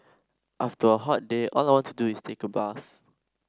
after a hot day all I want to do is take a bath